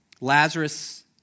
Lazarus